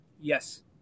Yes